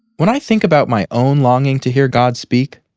when i think about my own longing to hear god speak,